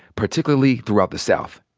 particularly throughout the south.